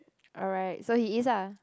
alright so he is ah